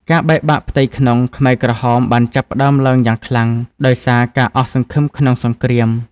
ការបែកបាក់ផ្ទៃក្នុងខ្មែរក្រហមបានចាប់ផ្ដើមឡើងយ៉ាងខ្លាំង ដោយសារការអស់សង្ឃឹមក្នុងសង្គ្រាម។